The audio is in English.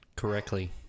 Correctly